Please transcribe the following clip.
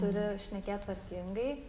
turi šnekėt tvarkingai